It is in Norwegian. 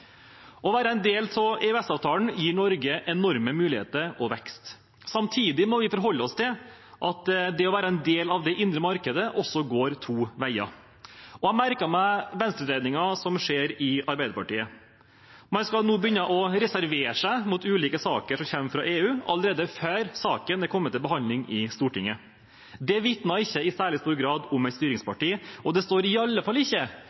Å være en del av EØS-avtalen gir Norge enorme muligheter og vekst. Samtidig må vi forholde oss til at det å være en del av det indre markedet går to veier. Jeg merket meg venstredreiningen som skjer i Arbeiderpartiet. Man skal nå begynne å reservere seg mot ulike saker som kommer fra EU allerede før saken er kommet til behandling i Stortinget. Det vitner ikke i særlig stor grad om et styringsparti. Og det står i alle fall ikke